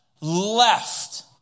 left